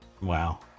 Wow